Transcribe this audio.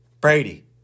Brady